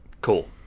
Cool